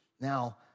Now